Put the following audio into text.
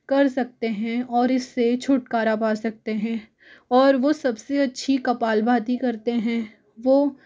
कर सकते है और इससे छुटकारा पा सकते है और वो सबसे अच्छी कपालभाति करते हैं वो